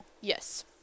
Yes